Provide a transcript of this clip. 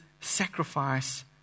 sacrifice